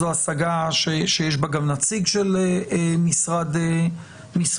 זו השגה שיש בה גם נציג של משרד החינוך?